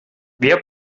wer